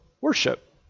worship